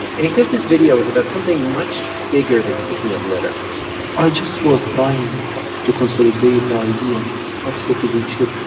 and he says this video is about something much bigger than picking up litter i just was trying to consolidate the the idea of citizenship